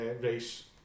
race